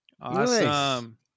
Awesome